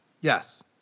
Yes